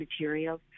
materials